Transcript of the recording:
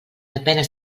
depenen